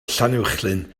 llanuwchllyn